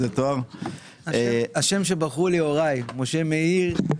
השם שבחרו לי הוריי משה מאיר.